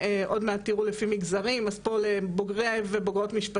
גם לבוגרות מדעי המחשב